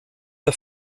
der